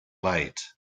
light